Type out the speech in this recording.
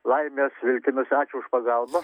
laimės viltimis ačiū už pagalbą